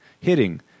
hitting